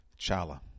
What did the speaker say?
Chala